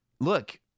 look